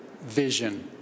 vision